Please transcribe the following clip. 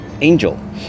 angel